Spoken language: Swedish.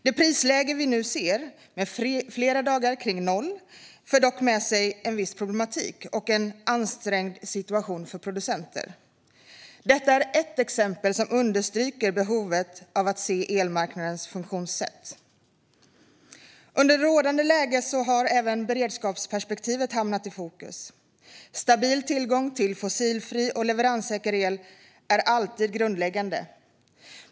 Det prisläge vi nu ser, med flera dagar kring noll, för dock med sig en viss problematik och en ansträngd situation för producenter. Detta är ett exempel som understryker behovet av att se över elmarknadens funktionssätt. Under rådande läge har även beredskapsperspektivet hamnat i fokus. Stabil tillgång till fossilfri och leveranssäker el är alltid grundläggande.